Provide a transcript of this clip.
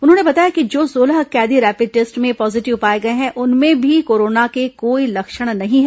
उन्होंने बताया कि जो सोलह कैदी रैपिड टेस्ट में पॉजिटिव पाए गए हैं उनमें भी कोरोना के कोई लक्षण नहीं है